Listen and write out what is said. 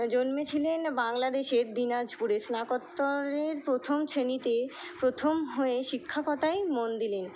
জন্মেছিলেন বাংলাদেশের দিনাজপুরে স্নাতকোত্তরের প্রথম শ্রেণীতে প্রথম হয়ে শিক্ষকতায় মন দিলেন